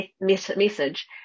message